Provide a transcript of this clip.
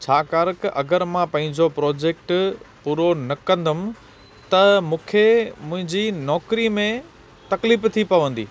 छाकाणि की अगरि मां पंहिंजो प्रोजेक्ट पूरो न कंदमि त मूंखे मुंहिंजी नौकरी में तकलीफ़ थी पवंदी